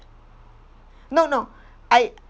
no no I